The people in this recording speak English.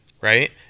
right